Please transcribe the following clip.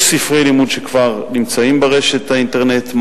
יש ספרי לימוד שכבר נמצאים ברשת האינטרנט,